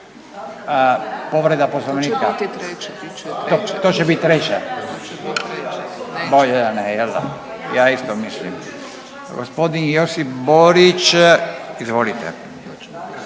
da ne jel' da? Ja isto mislim. Gospodin Josip Borić, izvolite.